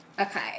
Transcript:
Okay